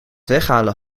weghalen